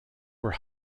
were